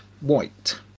white